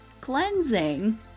cleansing